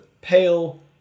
pale